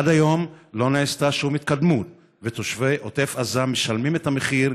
עד היום לא נעשתה שום התקדמות ותושבי עוטף עזה משלמים את המחיר,